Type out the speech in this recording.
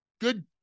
Good